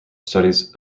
studies